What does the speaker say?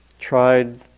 tried